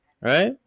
right